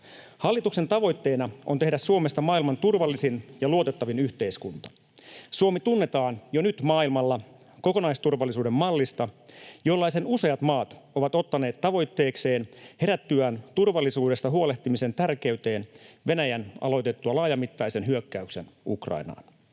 Hallituksen tavoitteena on tehdä Suomesta maailman turvallisin ja luotettavin yhteiskunta. Suomi tunnetaan jo nyt maailmalla kokonaisturvallisuuden mallista, jollaisen useat maat ovat ottaneet tavoitteekseen herättyään turvallisuudesta huolehtimisen tärkeyteen Venäjän aloitettua laajamittaisen hyökkäyksen Ukrainaan.